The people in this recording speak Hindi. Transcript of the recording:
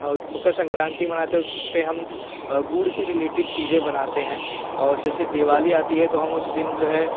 मकर संक्रांति मनाते हैं उस पर हम गुड़ से रिलेटेड चीज़ें बनाते हैं और जैसे दिवाली आती है तो हम उस दिन जो है